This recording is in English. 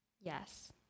Yes